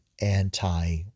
anti